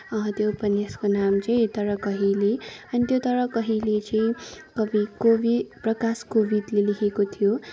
त्यो उपन्यासको नाम चाहिँ तर कहिले अनि त्यो तर कहिले चाहिँ कवि कोवि प्रकाश कोविदले लेखेको थियो